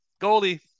Goldie